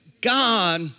God